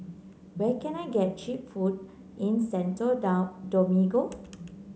where can I get cheap food in Santo Domingo